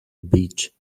beach